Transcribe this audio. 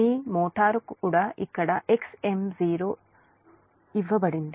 మీ motor కూడా అక్కడ Xmo ఇవ్వబడింది